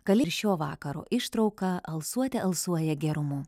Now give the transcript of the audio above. gali ir šio vakaro ištrauka alsuote alsuoja gerumo